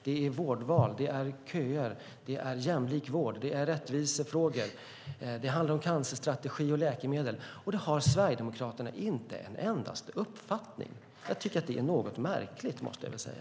Det är vårdval, det är köer, det är jämlik vård, det är rättvisefrågor och det handlar om cancerstrategi och läkemedel, och det har Sverigedemokraterna inte en endaste uppfattning om. Jag tycker att det är något märkligt, måste jag säga.